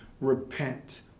repent